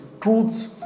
truths